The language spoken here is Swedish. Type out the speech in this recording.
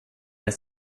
ett